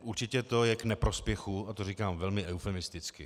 Určitě to je k neprospěchu, a to říkám velmi eufemisticky.